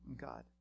God